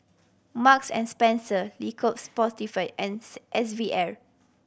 Marks and Spencer Le Coq Sportif and S V R